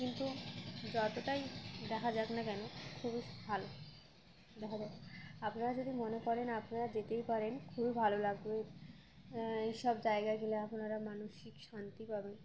কিন্তু যতটাই দেখা যাক না কেন খুবই ভালো দেখা যাক আপনারা যদি মনে করেন আপনারা যেতেই পারেন খুবই ভালো লাগবে এইসব জায়গা গেলে আপনারা মানসিক শান্তি পাবেন